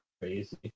crazy